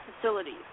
facilities